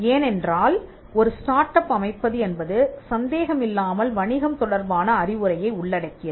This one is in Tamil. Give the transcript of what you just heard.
ஏனென்றால் ஒரு ஸ்டார்ட் அப் அமைப்பது என்பது சந்தேகமில்லாமல் வணிகம் தொடர்பான அறிவுரையை உள்ளடக்கியது